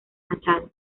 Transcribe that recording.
machado